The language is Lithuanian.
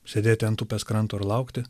sėdėti ant upės kranto ir laukti